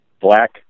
black